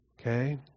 Okay